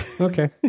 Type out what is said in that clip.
Okay